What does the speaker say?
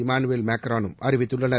Emmanuel மேக்ரனும் அறிவித்துள்ளனர்